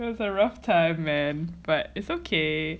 it was a rough time man but it's okay